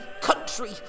country